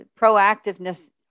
proactiveness